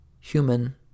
Human